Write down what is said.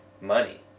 money